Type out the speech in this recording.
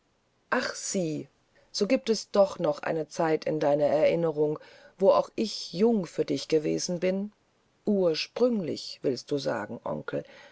ach sieh so giebt es doch noch eine zeit in deiner erinnerung wo auch ich jung für dich gewesen bin ursprünglich willst du sagen onkel